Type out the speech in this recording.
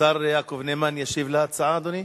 השר יעקב נאמן ישיב על ההצעה, אדוני?